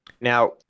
Now